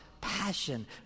passion